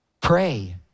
Pray